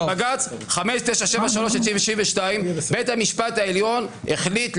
בג"ץ 5973/92: בית המשפט העליון החליט,